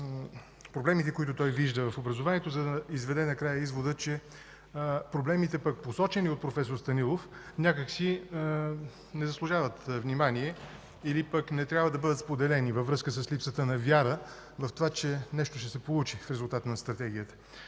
проблемите, които той вижда в образованието, за да изведе накрая извода, че проблемите, посочени от проф. Станилов, някак си не заслужават внимание, или пък не трябва да бъдат споделени във връзка с липсата на вяра в това, че нещо ще се получи в резултат на стратегията.